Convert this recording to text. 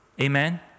Amen